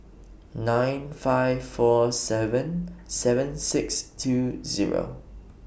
nine five four seven seven six two Zero